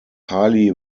highly